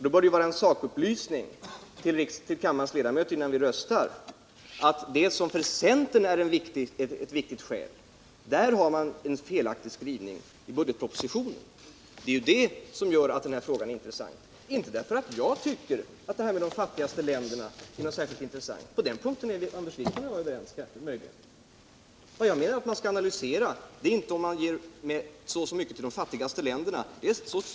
Då bör det vara en sakupplysning till kammarens ledamöter innan vi röstar. att man i budgetpropositionen har en felaktig skrivning beträffande det som för centern är ett viktigt skäl. Detta gör att denna fråga är intressant. Jag tycker inte att frågan om de fattigaste länderna i och för sig är särskilt intressant. På den punkten är Anders Wijkman och jag möjligen överens. Man skall inte analvsera om vi ger så och så mycket till de fattigaste länderna.